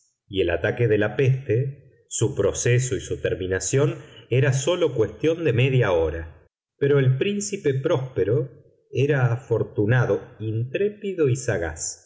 y el ataque de la peste su proceso y su terminación era sólo cuestión de media hora pero el príncipe próspero era afortunado intrépido y sagaz